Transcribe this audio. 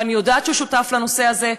ואני יודעת שהוא שותף לנושא הזה,